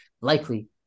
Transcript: likely –